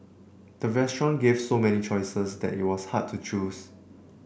the restaurant gave so many choices that it was hard to choose